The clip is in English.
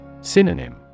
Synonym